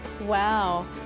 Wow